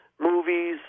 movies